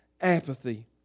apathy